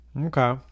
Okay